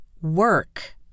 work